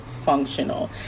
functional